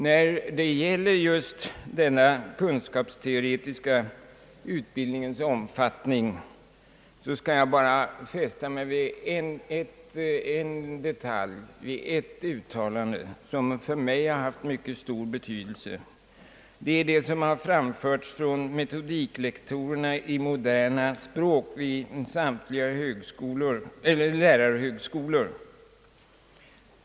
När det gäller den kunskapsteoretiska utbildningens omfattning skall jag bara fästa uppmärksamheten vid ett uttalande som för mig har haft mycket stor betydelse, nämligen det som gjorts av metodiklektorerna i moderna språk vid samtliga lärarhögskolor.